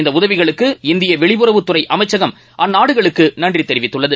இந்த உதவிகளுக்கு இந்திய வெளியுறவுத்துறை அமைச்சகம் அந்நாடுகளுக்கு நன்றி தெரிவித்துள்ளது